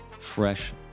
fresh